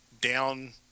down